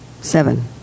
seven